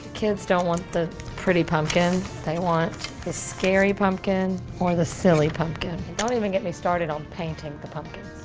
kids don't want the pretty pumpkin, they want the scary pumpkin or the silly pumpkin. and don't even get me started on painting the pumpkins.